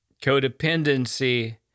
codependency